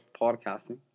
podcasting